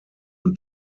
und